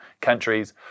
countries